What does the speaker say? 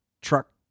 Truck